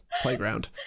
playground